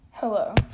Hello